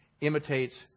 imitates